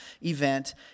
event